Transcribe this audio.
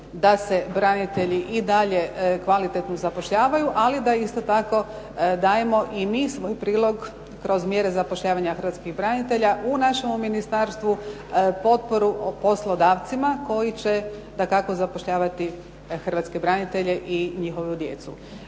da se branitelji i dalje kvalitetno zapošljavaju, ali da isto tako dajemo i mi svoj prilog kroz mjere zapošljavanja hrvatskih branitelja u našemu ministarstvu, potporu poslodavcima koji će dakako zapošljavati hrvatske branitelje i njihovu djecu.